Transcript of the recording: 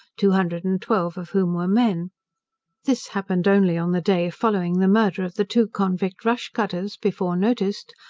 two hundred and twelve of whom were men this happened only on the day following the murder of the two convict rush cutters, before noticed,